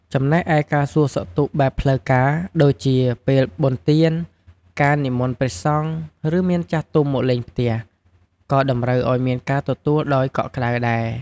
ចំណែកឯការសួរសុខទុក្ខបែបផ្លូវការ ដូចជា ពេលបុណ្យទាន ការនិមន្តព្រះសង្ឃ ឬ មានចាស់ទុំមកលេងផ្ទះ ក៏តម្រូវឱ្យមានការទទួលដោយកក់ក្ដៅដែរ។